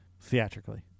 Theatrically